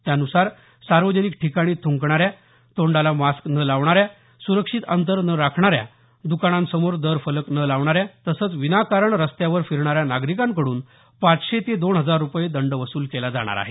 त्यानुसार सार्वजनिक ठिकाणी थुंकणाऱ्या तोंडाला मास्क न लावणाऱ्या सुरक्षित अंतर न राखणाऱ्या दुकानासमोर दरफलक न लावणाऱ्या तसंच विनाकारण रस्त्यावर फिरणाऱ्या नागरिकांकडून पाचशे ते दोन हजार रुपये दंड वसूल केला जाणार आहे